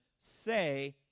say